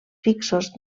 fixos